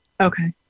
Okay